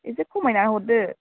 एसे खमायना हरदो